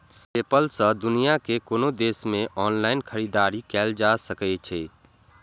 PayPal सं दुनिया के कोनो देश मे ऑनलाइन खरीदारी कैल जा सकै छै